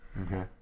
Okay